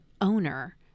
owner